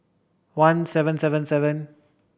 one seven seven seven